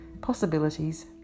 possibilities